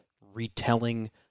retelling